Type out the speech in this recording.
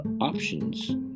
options